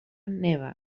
neva